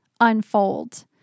unfold